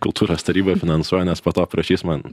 kultūros taryba finansuoja nes po to prašys man